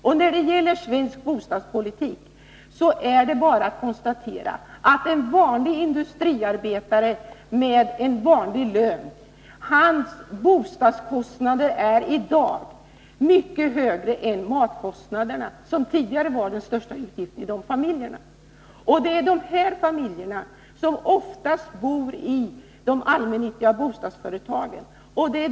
Och när det gäller svensk bostadspolitik är det bara att konstatera att för en industriarbetare med en vanlig lön är bostadskostna derna i dag mycket högre än matkostnaderna, som tidigare var den största utgiften i de familjerna. Det är oftast de familjerna som bor i de allmännyttiga bostadsföretagens fastigheter.